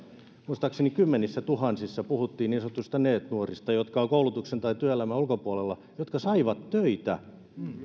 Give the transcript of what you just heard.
muistaakseni kymmenissä tuhansissa puhuttiin niin sanotuista neet nuorista jotka ovat koulutuksen tai työelämän ulkopuolella jotka saivat töitä